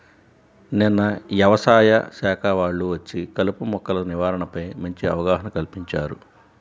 నిన్న యవసాయ శాఖ వాళ్ళు వచ్చి కలుపు మొక్కల నివారణపై మంచి అవగాహన కల్పించారు